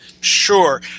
Sure